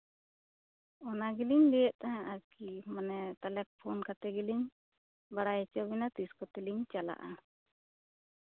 ᱚᱱᱟᱜᱮᱞᱤᱧ ᱞᱟᱹᱭᱮᱫ ᱛᱟᱦᱮᱸᱜ ᱟᱨᱠᱤ ᱛᱟᱦᱚᱞᱮ ᱯᱷᱳᱱ ᱠᱟᱛᱮᱜ ᱜᱮᱞᱤᱧ ᱵᱟᱲᱟᱭ ᱦᱚᱪᱚ ᱵᱮᱱᱟ ᱛᱤᱥ ᱠᱚᱛᱮ ᱞᱤᱧ ᱪᱟᱞᱟᱜᱼᱟ